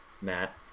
Matt